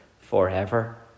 forever